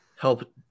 help